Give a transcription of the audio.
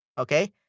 Okay